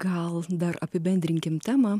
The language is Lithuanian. gal dar apibendrinkim temą